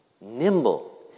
nimble